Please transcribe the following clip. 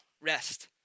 rest